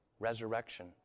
Resurrection